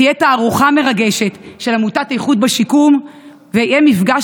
תהיה תערוכה מרגשת של עמותת "איכות בשיקום" ויהיה מפגש